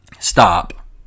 Stop